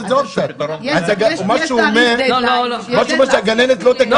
מה שאתם אומרים זה שהגננת לא תקבל.